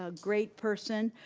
ah great person.